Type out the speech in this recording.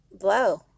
blow